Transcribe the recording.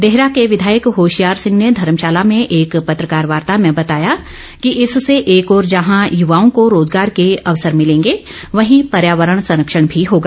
देहरा के विधायक होशियार सिंह ने धर्मशाला में एक पत्रकार वार्ता में बताया कि इससे एक ओर जहां युवाओं को रोजगार के अवसर मिलेंगे वहीं पर्यावरण संरक्षण भी होगा